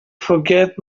forget